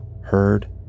heard